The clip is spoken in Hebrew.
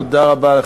תודה רבה לך.